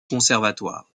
conservatoire